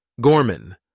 Gorman